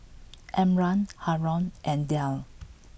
Imran Haron and Dhia